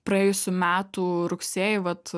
praėjusių metų rugsėjį vat